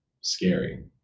scary